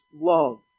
love